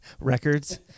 Records